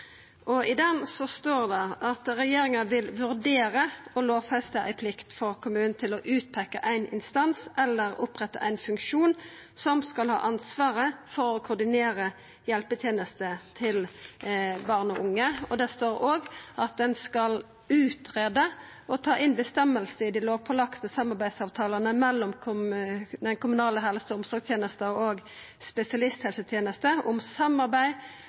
I den står det: «Regjeringen vil også vurdere å lovfeste en plikt for kommunen til å utpeke en instans eller opprette en egen funksjon som skal ha ansvaret for å koordinere hjelpetjenester til barn og unge.» Det står òg at ein skal «utrede å ta inn en bestemmelse i de lovpålagte samarbeidsavtalene mellom de kommunale helse- og omsorgstjenestene og spesialisthelsetjenesten om samarbeid